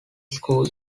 school